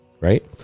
right